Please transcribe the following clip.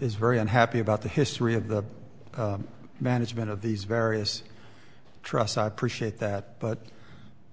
it's very unhappy about the history of the management of these various trusts i appreciate that but